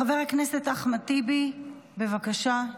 חבר הכנסת אחמד טיבי, בבקשה.